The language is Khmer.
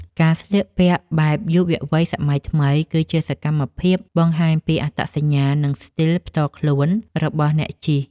ការស្លៀកពាក់បែបយុវវ័យសម័យថ្មី គឺជាសកម្មភាពបង្ហាញពីអត្តសញ្ញាណ និងស្ទីលផ្ទាល់ខ្លួនរបស់អ្នកជិះ។